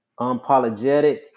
unapologetic